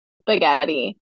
spaghetti